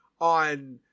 on